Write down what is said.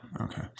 Okay